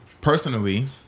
personally